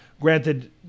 Granted